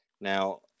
Now